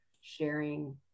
sharing